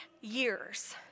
years